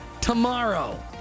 tomorrow